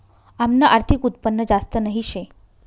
आमनं आर्थिक उत्पन्न जास्त नही शे